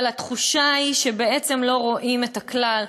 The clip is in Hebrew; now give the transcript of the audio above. אבל התחושה היא שבעצם לא רואים את הכלל.